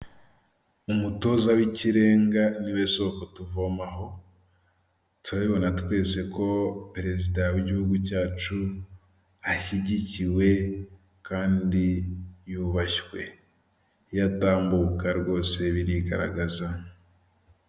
Umutoza w'ikirenga niwe soko tuvomaho turabibona twese ko perezida w'igihugu cyacu ashyigikiwe kandi yubashywe iyo atambuka rwose birigaragaza.